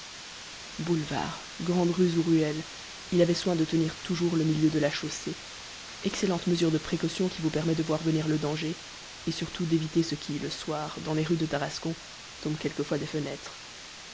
boulevards grandes rues ou ruelles il avait soin de tenir toujours le milieu de la chaussée excellente mesure de précaution qui vous permet de voir venir le danger et surtout d'éviter ce qui le soir dans les rues de tarascon tombe quelquefois des fenêtres